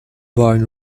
wine